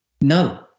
no